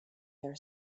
their